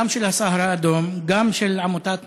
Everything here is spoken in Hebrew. גם של "הסהר האדום", גם של עמותת "נוראן",